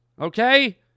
Okay